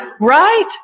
right